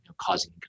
causing